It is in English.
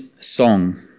song